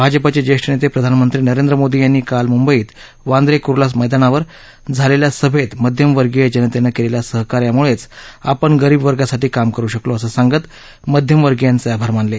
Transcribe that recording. भाजपचे ज्येष्ठ नेते प्रधानमंत्री नरेंद्र मोदी यांनी काल मुंबईत वांद्रे कुर्ला मध्यमावर झालेल्या सभेत मध्यमवर्गीय जनतेने केलेल्या सहकार्यामुळेच आपण गरीब वर्गासाठी काम करू शकलो असं सांगत मध्यमवर्गीयांचे आभार मानले